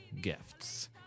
gifts